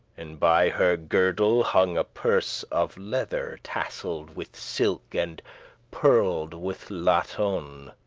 and by her girdle hung a purse of leather, tassel'd with silk, and pearled with latoun.